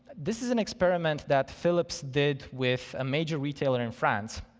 this is an experiment that phillips did with a major retailer in france,